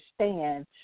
understand